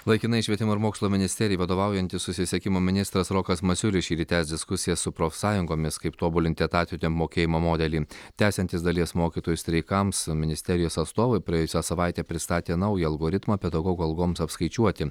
laikinai švietimo ir mokslo ministerijai vadovaujantis susisiekimo ministras rokas masiulis šįryt tęs diskusijas su profsąjungomis kaip tobulinti etatinio apmokėjimo modelį tęsiantis dalies mokytojų streikams ministerijos atstovai praėjusią savaitę pristatė naują algoritmą pedagogų algoms apskaičiuoti